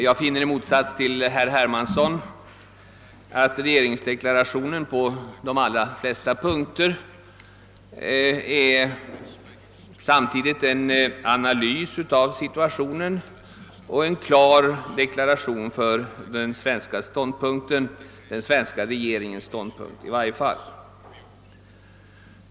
Jag tycker i motsats till herr Hermansson att regeringsdeklarationen på de allra flesta punkter upptar en analys av situationen och att den är ett klart uttryck för den svenska ståndpunkten, den svenska regeringens ståndpunkt i varje fall.